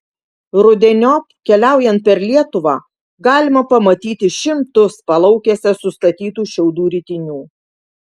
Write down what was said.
rudeniop keliaujant per lietuvą galima pamatyti šimtus palaukėse sustatytų šiaudų ritinių